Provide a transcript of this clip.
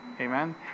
Amen